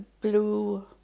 blue